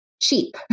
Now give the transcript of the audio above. cheap